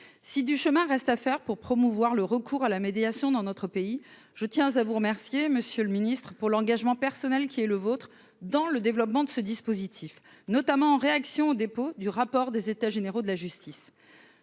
si du chemin reste à faire pour promouvoir le recours à la médiation dans notre pays, je tiens à vous remercier monsieur le Ministre pour l'engagement personnel qui est le vôtre dans le développement de ce dispositif, notamment en réaction au dépôt du rapport des états généraux de la justice,